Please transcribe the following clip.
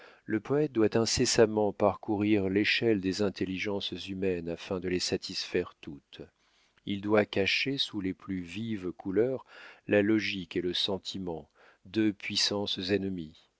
le poète doit incessamment parcourir l'échelle des intelligences humaines afin de les satisfaire toutes il doit cacher sous les plus vives couleurs la logique et le sentiment deux puissances ennemies